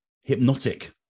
hypnotic